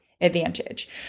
advantage